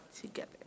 together